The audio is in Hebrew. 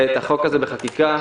את החוק הזה בחקיקה,